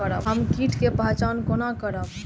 हम कीट के पहचान कोना करब?